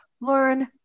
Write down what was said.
learn